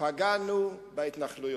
פגענו בהתנחלויות.